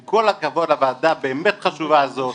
עם כל הכבוד לוועדה הבאמת חשובה הזו,